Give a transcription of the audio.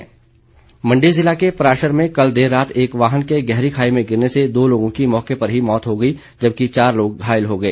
दुर्घटना मंडी जिला के पराशर में कल देर रात एक वाहन के गहरी खाई में गिरने से दो लोगों की मौके पर ही मौत हो गई जबकि चार लोग घायल हो गए